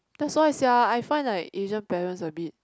that's why sia I find like Asian parents a bit